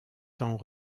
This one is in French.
tant